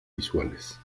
visuales